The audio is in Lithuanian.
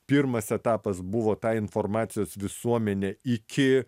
pirmas etapas buvo ta informacijos visuomenė iki